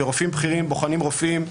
ורופאים בכירים בוחנים רופאים,